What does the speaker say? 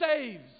saves